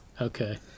Okay